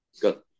Good